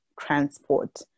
transport